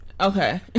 Okay